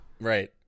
Right